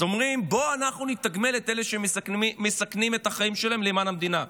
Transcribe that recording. אז אומרים: בואו אנחנו נתגמל את אלה שמסכנים את החיים שלהם למען המדינה.